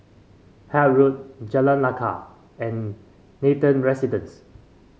Hythe Road Jalan Lekar and Nathan Residences